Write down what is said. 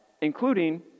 including